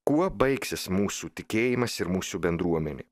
kuo baigsis mūsų tikėjimas ir mūsų bendruomenė